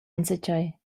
enzatgei